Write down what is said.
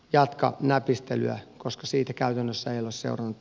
jatka näpistelyä koska siitä käytännössä elossa ollut